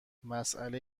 مساله